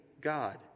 God